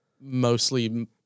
mostly